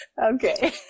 Okay